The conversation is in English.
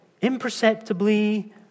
imperceptibly